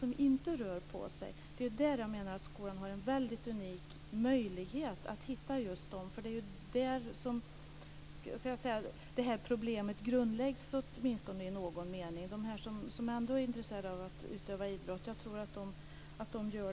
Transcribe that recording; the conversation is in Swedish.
Men skolan har en unik möjlighet att hitta alla de som inte rör sig. Det är i den åldern som problemet grundläggs.